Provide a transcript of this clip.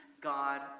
God